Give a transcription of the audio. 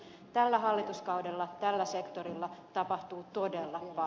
tällä hallituskaudella tällä sektorilla tapahtuu todella a